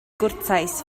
gwrtais